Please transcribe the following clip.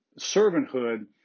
servanthood